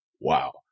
wow